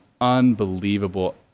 unbelievable